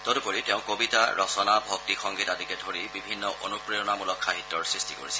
তদুপৰি তেওঁ কবিতা ৰচনা ভক্তি সংগীত আদিকে ধৰি বিভিন্ন অনুপ্ৰেৰণামূলক সাহিত্য সৃষ্টি কৰিছিল